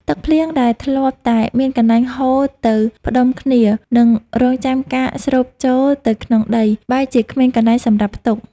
ទឹកភ្លៀងដែលធ្លាប់តែមានកន្លែងហូរទៅផ្ដុំគ្នា និងរង់ចាំការស្រូបចូលទៅក្នុងដី បែរជាគ្មានកន្លែងសម្រាប់ផ្ទុក។